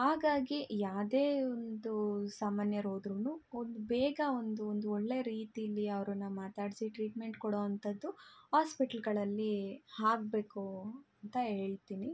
ಹಾಗಾಗಿ ಯಾವ್ದೇ ಒಂದು ಸಾಮಾನ್ಯರು ಹೋದ್ರುನು ಒಂದು ಬೇಗ ಒಂದು ಒಂದು ಒಳ್ಳೆಯ ರೀತಿಲ್ಲಿ ಅವ್ರನ್ನು ಮಾತಾಡಿಸಿ ಟ್ರೀಟ್ಮೆಂಟ್ ಕೊಡೋಂಥದ್ದು ಆಸ್ಪಿಟ್ಲ್ಗಳಲ್ಲಿ ಆಗ್ಬೇಕು ಅಂತ ಹೇಳ್ತಿನಿ